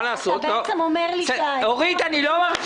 אתה בעצם אומר ש- --?